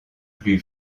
plus